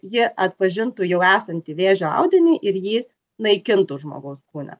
ji atpažintų jau esantį vėžio audinį ir jį naikintų žmogaus kūne